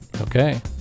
Okay